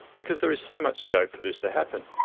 because there is so much scope for this to happen.